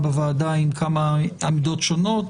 כפי שהיא עברה בוועדת שרים,